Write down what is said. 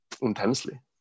Intensely